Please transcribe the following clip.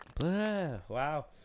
wow